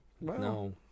No